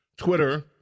Twitter